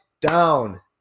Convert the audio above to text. down